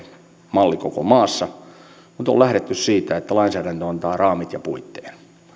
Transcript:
malli koko maassa mutta on lähdetty siitä että lainsäädäntö antaa raamit ja puitteet no